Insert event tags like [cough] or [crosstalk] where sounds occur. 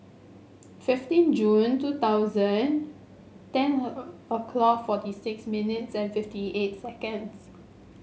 fifteen June two thousand ten her [hesitation] o'clock forty six minutes and fifty eight seconds